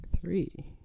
three